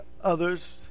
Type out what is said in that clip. others